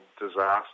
disaster